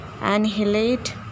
annihilate